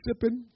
sipping